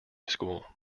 school